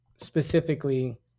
specifically